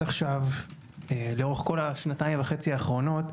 עכשיו לאורך כל השנתיים וחצי האחרונות,